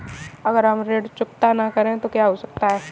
अगर हम ऋण चुकता न करें तो क्या हो सकता है?